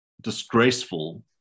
disgraceful